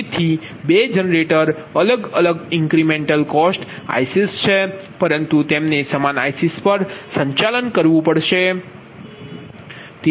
તેથી 2 જનરેટર અલગ અલગ ઇન્ક્રીમેન્ટલ કોસ્ટ ICs છે પરંતુ તેમને સમાન ICs પર સંચાલન કરવું પડશે